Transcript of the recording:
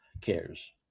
cares